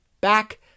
back